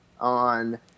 on